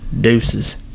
Deuces